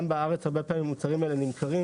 גם בארץ הרבה פעמים המוצרים האלה נמכרים